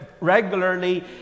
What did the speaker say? regularly